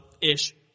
ish